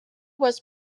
was